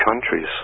countries